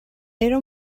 era